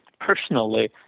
personally